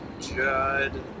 Judd